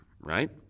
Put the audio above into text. right